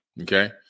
Okay